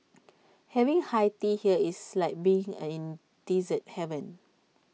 having high tea here is like being and in dessert heaven